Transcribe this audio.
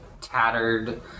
tattered